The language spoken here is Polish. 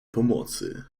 pomocy